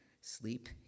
sleep